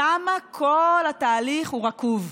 כמה כל התהליך הוא רקוב ומושחת.